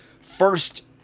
first